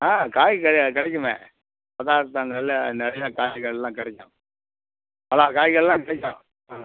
ஆ காய் கெ கிடைக்குமே அதான் அங்கே நல்ல நிறைய காய்கறிலாம் கிடைக்கும் அதான் காய்கறிலாம் கிடைக்கும் ம்